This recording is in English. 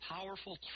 Powerful